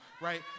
right